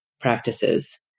practices